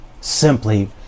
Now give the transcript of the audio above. simply